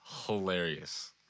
hilarious